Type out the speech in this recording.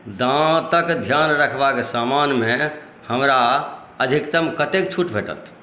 दाँतक ध्यान रखबाक समान मे हमरा अधिकतम कतेक छूट भेटत